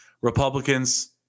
Republicans